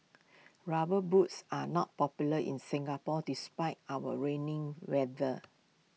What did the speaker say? rubber boots are not popular in Singapore despite our raining weather